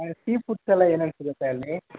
ಅಲ್ಲಿ ಸೀ ಫುಡ್ಸೆಲ್ಲ ಏನೇನು ಸಿಗುತ್ತೆ ಅಲ್ಲಿ